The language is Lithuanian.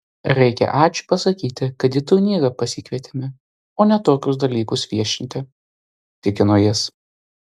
reikia ačiū pasakyti kad į turnyrą pasikvietėme o ne tokius dalykus viešinti tikino jis